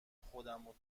خودمو